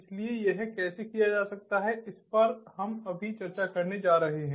इसलिए यह कैसे किया जा सकता है इस पर हम अभी चर्चा करने जा रहे हैं